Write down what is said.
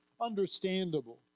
understandable